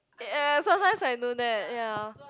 sometimes I do that ya